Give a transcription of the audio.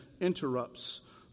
interrupts